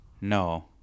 no